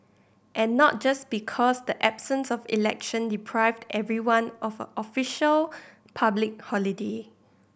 and not just because the absence of election deprived everyone of a official public holiday